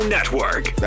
Network